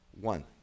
One